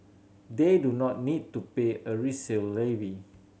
they do not need to pay a resale levy